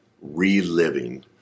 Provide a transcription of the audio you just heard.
reliving